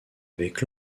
avec